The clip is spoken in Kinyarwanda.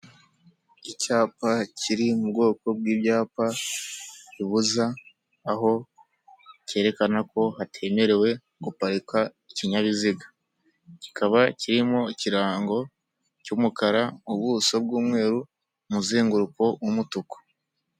Icyapa kiri mu bwoko bw'ibyapa bibuza, aho cyerekana ko hatemerewe guparika ikinyabiziga. Kikaba kirimo ikirango cy'umukara, ubuso bw'umweru, umuzenguruko w'umutuku.